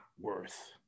worth